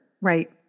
Right